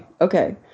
Okay